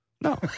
No